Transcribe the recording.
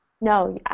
no